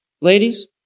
Ladies